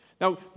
Now